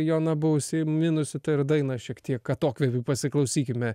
joana buvo užsiminusi ir dainą šiek tiek atokvėpiui pasiklausykime